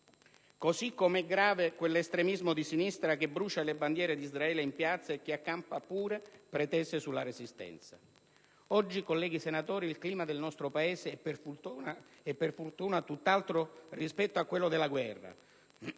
Così come è grave quell'estremismo di sinistra che brucia le bandiere di Israele in piazza e che accampa pure pretese sulla Resistenza. Oggi, colleghi senatori, il clima del nostro Paese è, per fortuna, tutt'altro rispetto a quello della guerra.